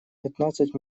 пятнадцать